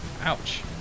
Ouch